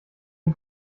die